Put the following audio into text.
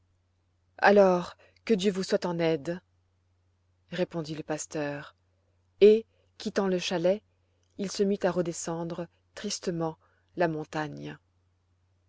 alors que dieu vous soit eu aide répondit le pasteur et quittant le chalet il se mit à redescendre tristement la montagne